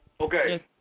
Okay